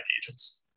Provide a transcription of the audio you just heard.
agents